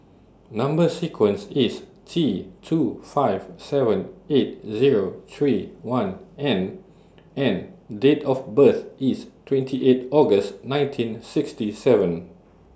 Number sequence IS T two five seven eight Zero three one N and Date of birth IS twenty eight August nineteen sixty seven